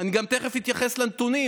אני תכף גם אתייחס לנתונים.